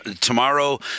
tomorrow